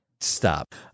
stop